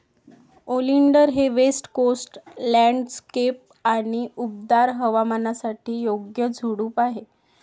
oleander हे west coast landscape आणि उबदार हवामानासाठी योग्य झुडूप आहे